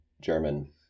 German